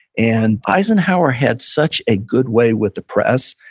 and eisenhower had such a good way with the press.